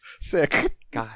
Sick